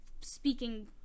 speaking